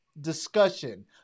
discussion